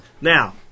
Now